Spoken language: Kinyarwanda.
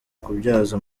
kubyaza